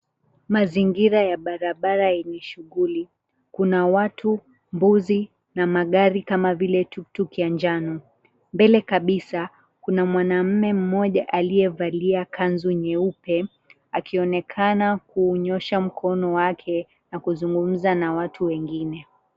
Mazingira ya barabara yenye shughuli. Kuna watu, mbuzi na magari kama vile tuktuk ya njano. Mbele kabisa kuna mwanamume mmoja aliyevalia kanzu nyeupe, akionekana kunyoosha mkono wake na kuzungumza na watu wengine.